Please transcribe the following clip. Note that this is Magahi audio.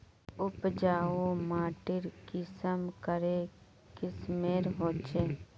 उपजाऊ माटी कुंसम करे किस्मेर होचए?